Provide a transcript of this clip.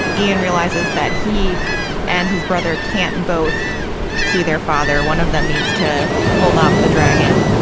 ian realizes that he and his brother can't both see their father one of them needs to hold off the dragon,